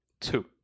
Two